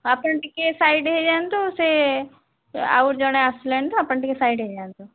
ଆପଣ ଟିକିଏ ସାଇଡ଼୍ ହେଇ ଯାଆନ୍ତୁ ସେ ଆଉ ଜଣେ ଆସିଲେଣି ତ ଆପଣ ଟିକିଏ ସାଇଡ଼୍ ହେଇ ଯାଆନ୍ତୁ